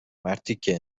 مرتیکه